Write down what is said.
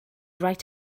right